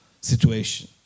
situation